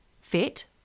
fit